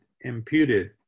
imputed